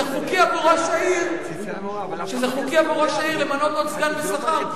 חוקי עבור ראש העיר למנות עוד סגן בשכר,